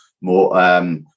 more